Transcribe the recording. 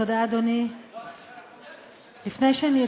התשע"ה 2015. אינני רואה אותה,